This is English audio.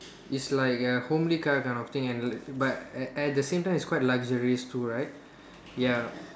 it's like a homely car kind of thing and like but uh at the same time it's quite luxurious too right ya